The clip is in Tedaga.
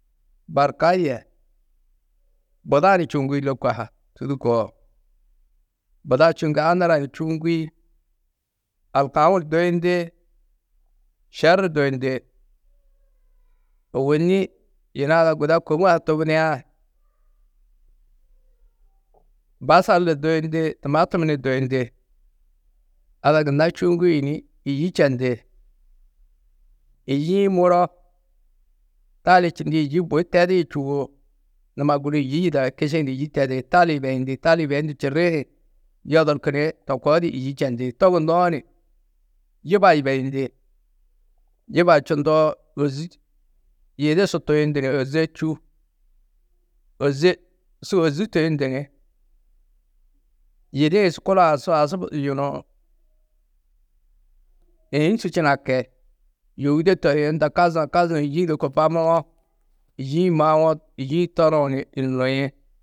Barka yê, buda ni čûuŋgi lôko ha tû du koo. Buda čûuŋgi anura ni čûuŋgi, alkaũ ni duyindi, šer ni duyindi. Ôwoni yina ada guda kôma ha tubudiã, basal ni duyindi, tumatum ni duyindi. Ada gunna čûuŋgi ni yî čendi. Yî-ĩ muro tali čindi yî bui tedi čûwo. Numa guru yî yida kiši-ĩ du yî tedi tali yibeyindi. Tali yibeyindu čirri-ĩ hi činaki yodurku ni to koo di yî čendi. To gunnoó ni yuba yibeyindi. Yuba čundoo ôzi yidi su tuyundu ni ôze čû ôze su ôzi tuyundu ni yidi-ĩ kulo-ã su asubu yunu êĩ su činaki yôide tohi unda kazuũ kazuũ yî-ĩ lôko babũwo yî-ĩ maũwo, yî-ĩ toruũ ni yunu niĩ.